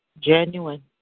Genuine